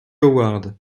howard